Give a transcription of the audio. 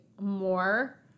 more